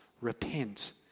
repent